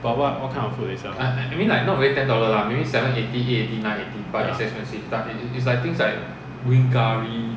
but what what kind of food they sell